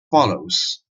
follows